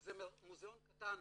שזה מוזיאון קטן